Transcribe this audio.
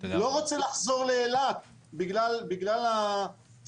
לא רוצה לחזור לאילת בגלל הסכנות,